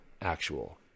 actual